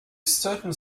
certain